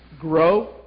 grow